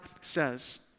says